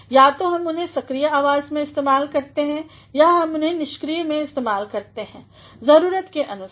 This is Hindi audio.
या तो हम उन्हें सक्रिय आवाज़ में इस्तेमाल करते हैं या हम उन्हें निष्क्रिय में इस्तेमाल करते हैं जरूरत के अनुसार